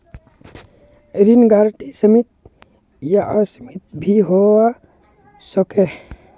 ऋण गारंटी सीमित या असीमित भी होवा सकोह